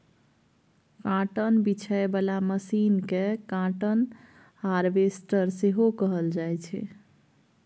cotton बीछय बला machine केँ काँटन हार्वेस्टर सेहो कहल जाइ छै